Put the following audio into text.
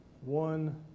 one